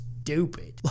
stupid